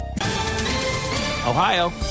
Ohio